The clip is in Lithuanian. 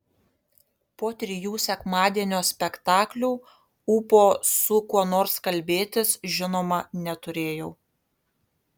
po trijų sekmadienio spektaklių ūpo su kuo nors kalbėtis žinoma neturėjau